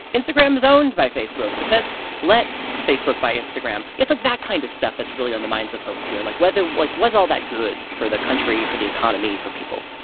instagram is owned by facebook. the feds let facebook buy instagram. it's, like, that kind of stuff that's really on the minds of folks here. like, whether like, was all that good for the country, for the economy, for people?